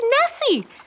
Nessie